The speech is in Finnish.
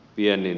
pienen